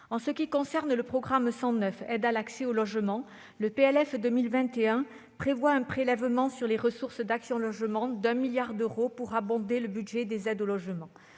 S'agissant du programme 109, « Aide à l'accès au logement », le PLF pour 2021 prévoit un prélèvement sur les ressources d'Action Logement de 1 milliard d'euros pour abonder le budget des aides au logement.